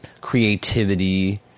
creativity